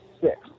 six